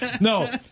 No